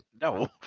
No